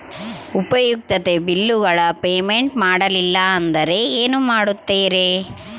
ಉಪಯುಕ್ತತೆ ಬಿಲ್ಲುಗಳ ಪೇಮೆಂಟ್ ಮಾಡಲಿಲ್ಲ ಅಂದರೆ ಏನು ಮಾಡುತ್ತೇರಿ?